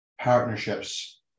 partnerships